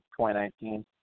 2019